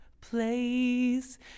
place